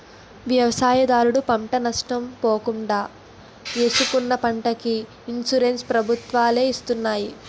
వ్యవసాయదారుడు పంట నష్ట పోకుండా ఏసుకున్న పంటకి ఇన్సూరెన్స్ ప్రభుత్వాలే చేస్తున్నాయి